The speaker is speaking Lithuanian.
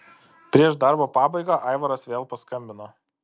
prieš darbo pabaigą aivaras vėl paskambino